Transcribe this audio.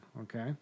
okay